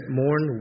mourn